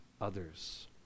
others